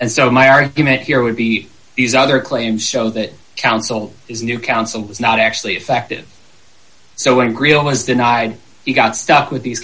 and so my argument here would be these other claims show that counsel is new counsel is not actually effective so when greil was denied he got stuck with these